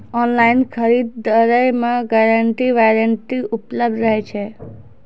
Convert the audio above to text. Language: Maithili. ऑनलाइन खरीद दरी मे गारंटी वारंटी उपलब्ध रहे छै?